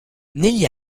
negli